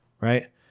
right